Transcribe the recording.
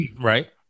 right